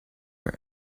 were